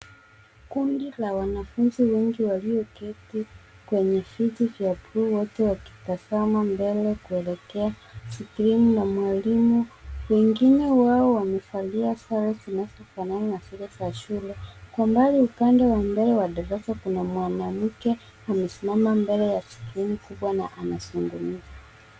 Kundi la wanafunzi wengi walioketi kwenye kiti cha bluu wote wakitazama mbele kuelekea skrini na mwalimu. Wengine wao wamevalia sare zinazofanana na zile za shule. Kwa mbali ukanda wa mbele wa darasa kuna mwanamke, amesimama mbele ya skrini kubwa na anazungumza.